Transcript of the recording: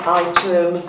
item